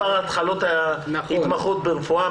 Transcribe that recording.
מספר התחלות התמחות ברפואה,